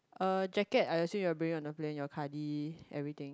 uh jacket I assume you are bringing on the plane your cardi~ everything